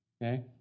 Okay